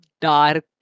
dark